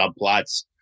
subplots